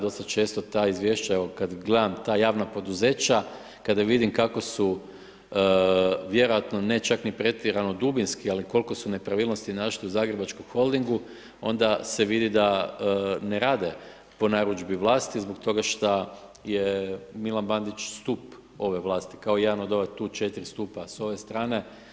Dosta često ta izvješća evo kada gledam ta javna poduzeća kada vidim kako su vjerojatno ne čak niti pretjerano dubinski ali koliko su nepravilnosti našli u Zagrebačkom holdingu, onda se vidi da ne rade po narudžbi vlasti zbog toga što je Milan Bandić stup ove vlasti kao jedan od ova tu četiri stupa s ove strane.